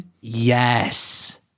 Yes